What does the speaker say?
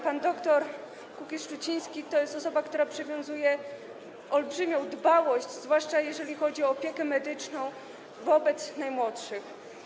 Pan dr Kukiz-Szczuciński to jest osoba, która wykazuje się olbrzymią dbałością, zwłaszcza jeżeli chodzi o opiekę medyczną, o najmłodszych.